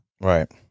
Right